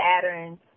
patterns